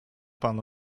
pan